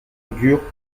augure